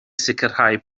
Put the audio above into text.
sicrhau